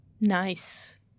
Nice